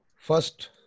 first